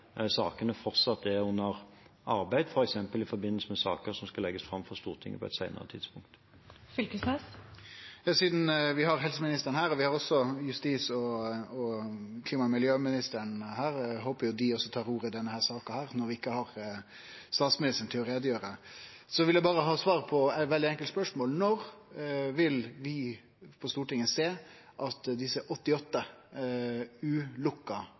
på et senere tidspunkt. Sidan vi har helseministeren – vi har også justisministeren og klima- og miljøministeren her, og eg håpar jo dei òg tar ordet i denne saka, når vi ikkje har statsministeren til å greie ut – vil eg berre ha svar på eit veldig enkelt spørsmål: Når vil vi på Stortinget sjå at dei 88 ulukka